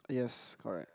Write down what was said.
yes correct